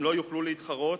הם לא יוכלו להתחרות,